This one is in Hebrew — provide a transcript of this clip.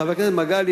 חבר הכנסת מגלי,